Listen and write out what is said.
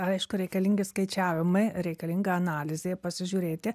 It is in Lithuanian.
aišku reikalingi skaičiavimai reikalinga analizė pasižiūrėti